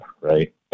Right